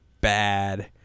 bad